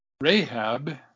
Rahab